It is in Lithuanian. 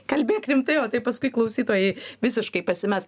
kalbėk rimtai o tai paskui klausytojai visiškai pasimes